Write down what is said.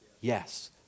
Yes